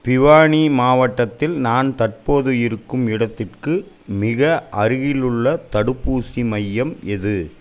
பிவானி மாவட்டத்தில் நான் தற்போது இருக்கும் இடத்திற்கு மிக அருகில் உள்ள தடுப்பூசி மையம் எது